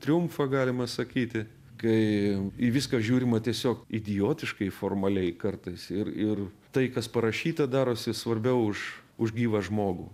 triumfą galima sakyti kai į viską žiūrima tiesiog idiotiškai formaliai kartais ir ir tai kas parašyta darosi svarbiau už už gyvą žmogų